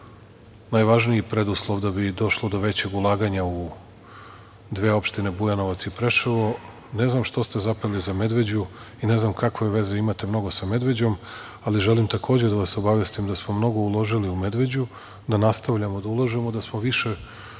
najvažniji preduslov da bi došlo do većeg ulaganja u dve opštine Bujanovac i Preševo. Ne znam što ste zapeli za Medveđu i ne znam kakve veze imate mnogo sa Medveđom, ali želim takođe da vas obavestim da smo mnogo uložili u Medveđu, da nastavljamo da ulažemo da smo više